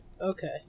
Okay